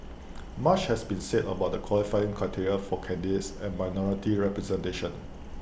much has been said about the qualifying criteria for candidates and minority representation